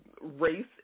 race